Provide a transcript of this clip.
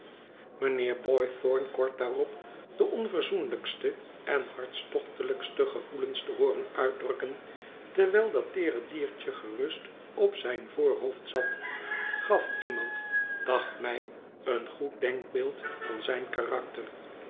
mijnheer boythorn kort daarop de onverzoenlijkste en hartstochtelijkste gevoelens te hooren uitdrukken terwijl dat teere diertje gerust op zijn voorhoofd zat gaf iemand dacht mij een goed denkbeeld van zijn karakter